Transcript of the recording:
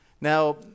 Now